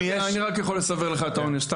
אני רק יכול לסבר לך את האוזן.